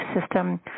system